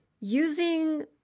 using